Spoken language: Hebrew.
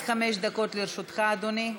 עד חמש דקות לרשותך, אדוני.